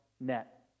net